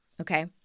Okay